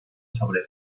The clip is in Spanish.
sobre